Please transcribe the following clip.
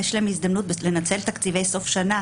יש להם הזדמנות לנצל תקציבי סוף שנה